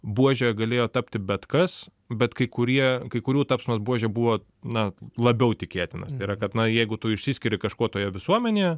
buože galėjo tapti bet kas bet kai kurie kai kurių tapsmas buože buvo na labiau tikėtinas tai yra kad na jeigu tu išsiskiri kažkuo toje visuomenėje